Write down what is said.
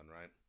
right